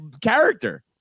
character